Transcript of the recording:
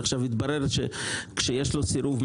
עכשיו התברר שכשיש לו סירוב,